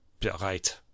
Bereit